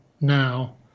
now